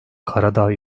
karadağ